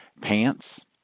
pants